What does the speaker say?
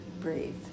breathe